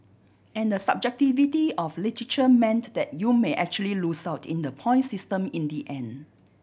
and the subjectivity of literature meant that you may actually lose out in the point system in the end